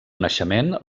naixement